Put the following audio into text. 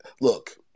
Look